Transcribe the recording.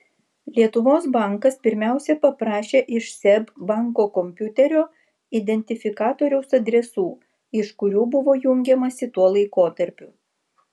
lietuvos bankas pirmiausia paprašė iš seb banko kompiuterio identifikatoriaus adresų iš kurių buvo jungiamasi tuo laikotarpiu